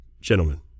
gentlemen